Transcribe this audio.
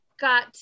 got